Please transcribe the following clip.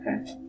Okay